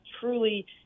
truly